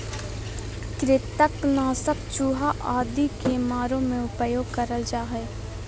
कृंतक नाशक चूहा आदि के मारे मे उपयोग करल जा हल